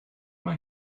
mae